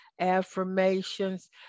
affirmations